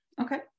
Okay